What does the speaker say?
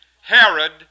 Herod